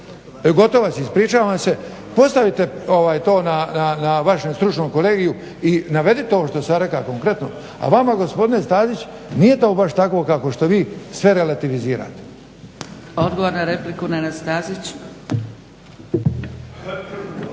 Gotovac ispričavam se postavite to na vašem stručnom kolegiju i navedite ovo što sam ja rekao konkretno a vama gospodine Stazić nije to baš tako kao što vi sve relevatizirate.